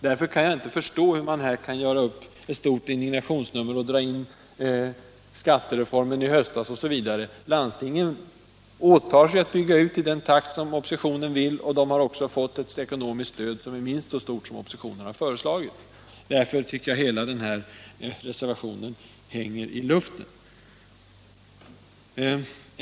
Därför kan jag inte förstå hur man här kan spela upp ett stort indignationsnummer och dra in skattereformen i höstas osv. Landstingen åtar sig att bygga ut i den takt som oppositionen vill, och de har också fått ett ekonomiskt stöd som är minst så stort som det oppositionen föreslagit. Därför tycker jag att hela denna reservation hänger i luften.